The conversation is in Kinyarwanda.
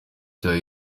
cyaha